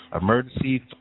Emergency